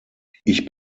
ich